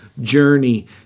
journey